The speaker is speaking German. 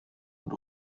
und